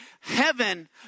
heaven